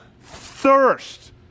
thirst